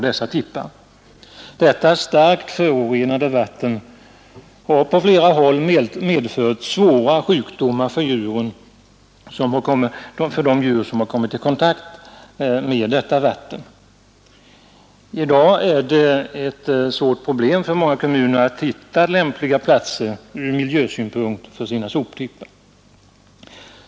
Detta starkt förorenade vatten har på flera håll orsakat svåra sjukdomar hos de djur som kommit i kontakt med vattnet. I dag är det för många kommuner ett stort problem att hitta ur miljösynpunkt lämpliga platser för sina soptippar.